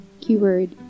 Keyword